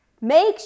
Make